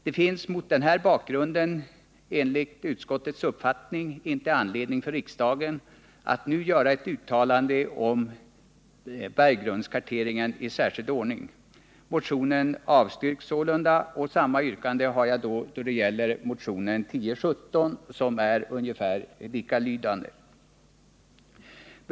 Det finns mot denna bakgrund enligt utskottets uppfattning inte anledning för riksdagen att nu göra ett uttalande om berggrundskarteringen i särskild ordning. Motionen avstyrks sålunda. Jag har samma yrkande då det gäller motionen 1017, som är ungefär Nr 142 likalydande.